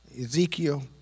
Ezekiel